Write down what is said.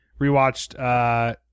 Rewatched